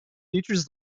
features